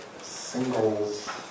singles